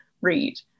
read